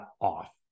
off